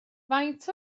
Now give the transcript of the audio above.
faint